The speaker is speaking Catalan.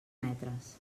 metres